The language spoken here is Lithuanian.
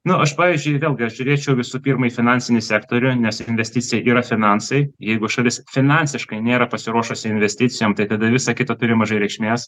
nu aš pavyzdžiui vėlgi aš žiūrėčiau visų pirma į finansinį sektorių nes investicija yra finansai jeigu šalis finansiškai nėra pasiruošusi investicijom tai tada visa kita turi mažai reikšmės